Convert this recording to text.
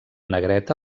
negreta